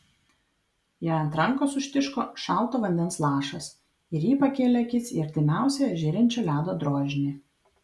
jai ant rankos užtiško šalto vandens lašas ir ji pakėlė akis į artimiausią žėrinčio ledo drožinį